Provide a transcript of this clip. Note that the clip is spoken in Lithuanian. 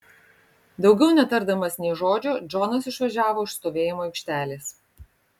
daugiau netardamas nė žodžio džonas išvažiavo iš stovėjimo aikštelės